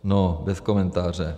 No, bez komentáře.